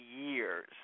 years